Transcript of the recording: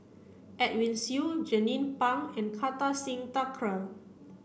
Edwin Siew Jernnine Pang and Kartar Singh Thakral